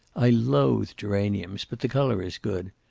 i loathe geraniums, but the color is good.